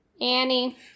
Annie